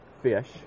fish